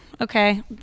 okay